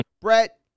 Brett